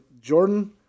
Jordan